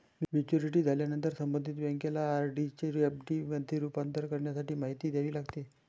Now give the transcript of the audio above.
maturity झाल्यावर संबंधित बँकेला आर.डी चे एफ.डी मध्ये रूपांतर करण्यासाठी माहिती द्यावी लागते